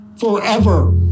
forever